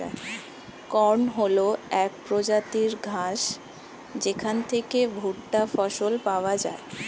corn হল এক প্রজাতির ঘাস যেখান থেকে ভুট্টা ফসল পাওয়া যায়